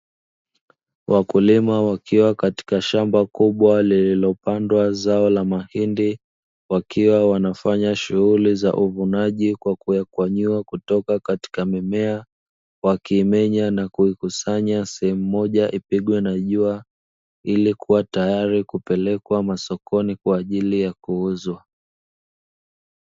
Wakulima wakiwa katika shamba kubwa, lililopandwa zao la mahindi wakiwa wanafanya shughuli za uvunaji kwa kuyakwanyuwa kutoka katika mimea, wakimenya na kuikusanya sehemu moja ipigwe na jua ili kuwa tayari kupelekwa masokoni kwa ajili ya kuuzwa.